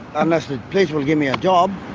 unless the police will give me a job,